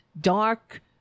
dark